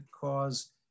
cause